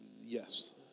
Yes